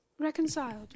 reconciled